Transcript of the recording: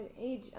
age